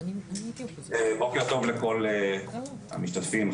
בוקר טוב לכל המשתתפים,